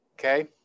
okay